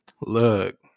look